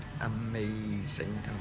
amazing